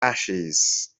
ashes